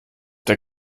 der